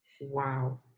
Wow